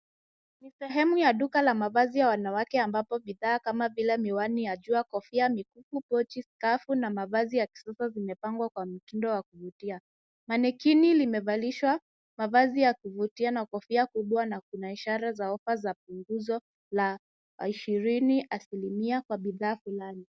Sehemu ya duka la mavazi ya wanawake ambapo bidhaa kama vile miwani ya jua, kofia, mikufu, pochi, skafu na mavazi ya kisasa zimepangwa kwa mtindo wa kuvutia. Manequinn limevalisha mavazi ya kuvutia na kofia kubwa na kuna ishara za ofa za punguzo la 20 asilimia kwa bidhaa fulani.